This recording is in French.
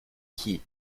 qui